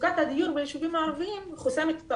מצוקת הדיור ביישובים הערביים חוסמת את